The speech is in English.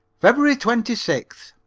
feb. twenty sixth.